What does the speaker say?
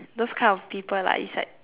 those kind of people lah is like